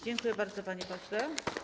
Dziękuję bardzo, panie pośle.